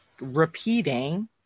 repeating